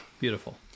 Beautiful